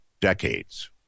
decades